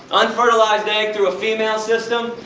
unfertilized egg through a female system?